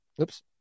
oops